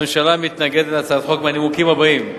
הממשלה מתנגדת להצעת החוק, מהנימוקים הבאים,